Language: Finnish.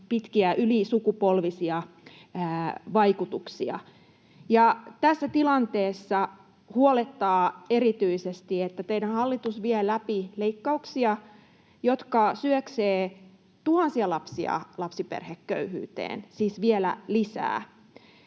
pitkiä ylisukupolvisia vaikutuksia. Tässä tilanteessa huolettaa erityisesti, että teidän hallituksenne vie läpi leikkauksia, jotka syöksevät tuhansia lapsia lapsiperheköyhyyteen, siis vielä lisää.